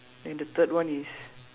then the third one is